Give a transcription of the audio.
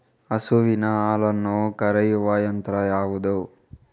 ಹಸುವಿನ ಹಾಲನ್ನು ಕರೆಯುವ ಯಂತ್ರ ಯಾವುದು?